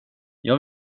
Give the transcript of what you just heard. jag